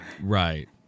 Right